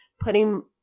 putting